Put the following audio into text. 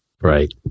right